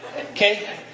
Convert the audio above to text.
okay